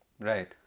Right